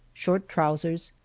short trousers,